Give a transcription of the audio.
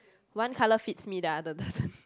one colour fits me the other doesn't